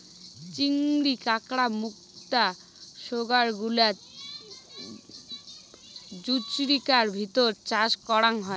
চিংড়ি, কাঁকড়া, মুক্তা সোগায় গুলা জুচিকার ভিতর চাষ করাং হই